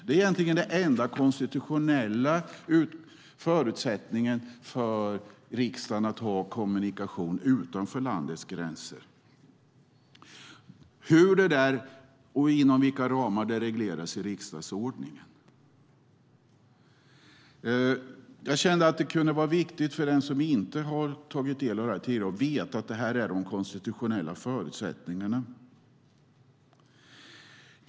Det är den enda konstitutionella förutsättningen för riksdagen att ha kommunikation utanför landets gränser utifrån vad som regleras i riksdagsordningen. Jag kände att det kunde vara viktigt att veta för den som inte kände till det att det här är de konstitutionella förutsättningarna.